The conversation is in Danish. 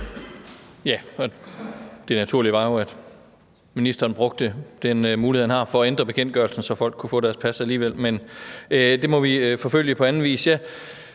(RV): Det naturlige var jo, at ministeren brugte den mulighed, han har, for at ændre bekendtgørelsen, så folk kunne få deres pas alligevel, men det må vi forfølge på anden vis.